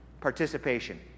participation